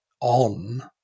on